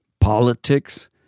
politics